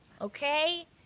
Okay